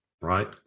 right